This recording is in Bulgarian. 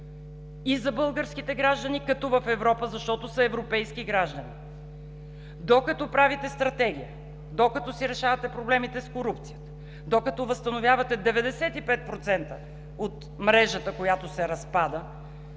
и за българските граждани, като в Европа, защото са европейски граждани! Докато правите стратегия, докато си решавате проблемите с корупцията, докато възстановявате 95% от мрежата, която се разпада,